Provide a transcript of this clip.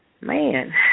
Man